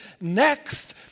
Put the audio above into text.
Next